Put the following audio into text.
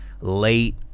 late